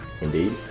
Indeed